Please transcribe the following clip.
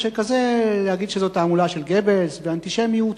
שכזה להגיד שזו תעמולה של גבלס ואנטישמיות,